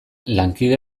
lankide